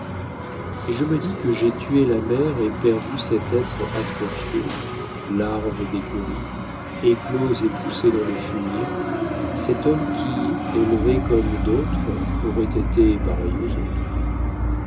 et je me dis que j'ai tué la mère et perdu cet être atrophié larve d'écurie éclose et poussée dans le fumier cet homme qui élevé comme d'autres aurait été pareil aux autres